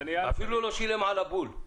אפילו לא שילם על הבול.